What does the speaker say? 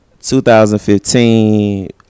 2015